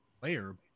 player